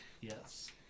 Yes